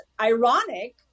ironic